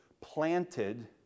planted